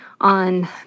on